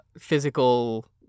physical